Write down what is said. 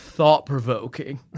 Thought-provoking